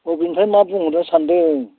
बबेनिफ्राय मा बुंहरदों सानदों